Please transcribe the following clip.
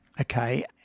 okay